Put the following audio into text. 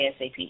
ASAP